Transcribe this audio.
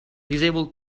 disabled